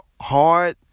hard